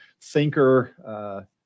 thinker